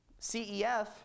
CEF